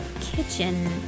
kitchen